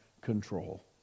control